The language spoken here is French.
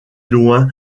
loin